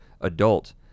adult